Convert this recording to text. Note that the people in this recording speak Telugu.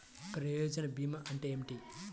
ప్రయోజన భీమా అంటే ఏమిటి?